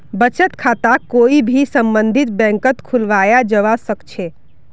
बचत खाताक कोई भी सम्बन्धित बैंकत खुलवाया जवा सक छे